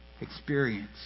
experience